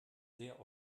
sehr